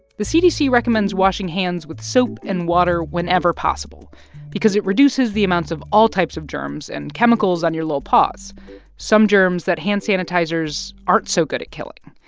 the cdc recommends washing hands with soap and water whenever possible because it reduces the amounts of all types of germs and chemicals on your little paws some germs that hand sanitizers aren't so good at killing.